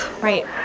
Right